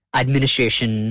administration